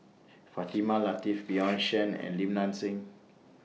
Fatimah Lateef Bjorn Shen and Lim Nang Seng